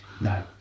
No